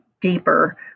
deeper